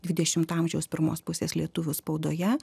dvidešimto amžiaus pirmos pusės lietuvių spaudoje